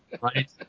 Right